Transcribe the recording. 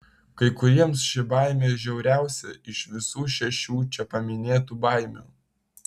kai kuriems ši baimė žiauriausia iš visų šešių čia paminėtų baimių